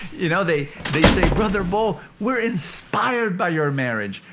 you know. they they say, brother bo, we're inspired by your marriage.